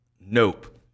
NOPE